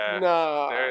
no